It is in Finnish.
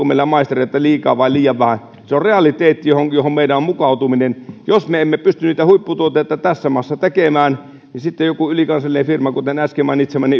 meillä maistereita liikaa vai liian vähän se on realiteetti johon meidän on mukautuminen jos me emme pysty niitä huipputuotteita tässä maassa tekemään niin sitten joku ylikansallinen firma kuten äsken mainitsemani